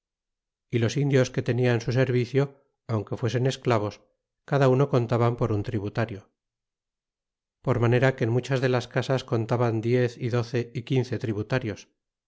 y los indios que tenia en su servicio aunque fuesen esclavos cada uno contaban por un tributario por manera que en muchas de las casas contaban diez y doce y quince tributarios